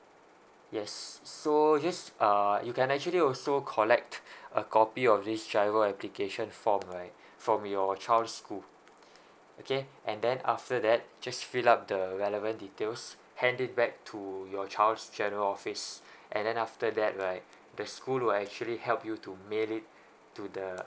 yes so just uh you can actually also collect a copy of this G_I_R_O application form right from your child's school okay and then after that just fill up the relevant details hand it back to your child's general office and then after that right the school will actually help you to merit to the